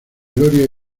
gloria